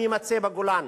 אם יימצא בגולן.